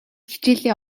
хичээлээ